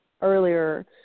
earlier